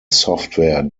software